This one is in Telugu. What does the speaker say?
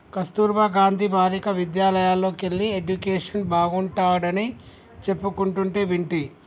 కస్తుర్బా గాంధీ బాలికా విద్యాలయల్లోకెల్లి ఎడ్యుకేషన్ బాగుంటాడని చెప్పుకుంటంటే వింటి